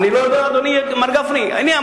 אדוני מר גפני, אני לא יודע.